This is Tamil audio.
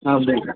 அப்படிங்களா